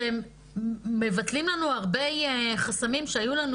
שהם מבטלים לנו הרבה חסמים שהיו לנו